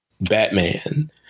Batman